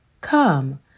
Come